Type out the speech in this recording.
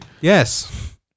yes